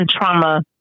trauma